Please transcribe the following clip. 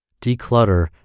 declutter